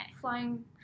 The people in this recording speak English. Flying